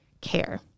care